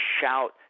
shout